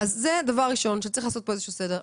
שצריך לעשות פה איזשהו סדר.